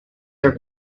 are